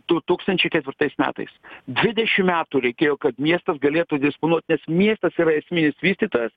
du tūkstančiai ketvirtais metais dvidešim metų reikėjo kad miestas galėtų disponuot nes miestas yra esminis vystytojas